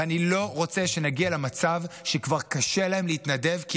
ואני לא רוצה שנגיע למצב שכבר קשה להם להתנדב כי